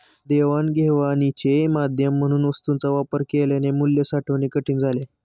देवाणघेवाणीचे माध्यम म्हणून वस्तूंचा वापर केल्याने मूल्य साठवणे कठीण झाले